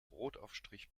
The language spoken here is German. brotaufstrich